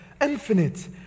infinite